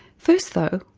first though,